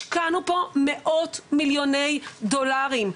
השקענו פה מאות מיליוני דולרים,